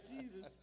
Jesus